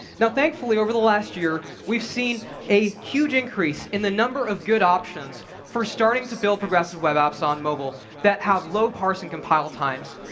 now thankfully, over the last year, we've seen a huge increase in the number of good options for starting to build progressive web apps on mobile that have low parsing compile times.